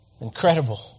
Incredible